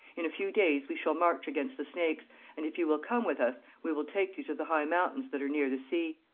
in a few days we shall march against the snakes and if you will come with us, we will take you to the high mountains that are near the sea.